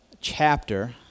chapter